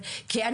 ושוב,